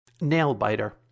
nail-biter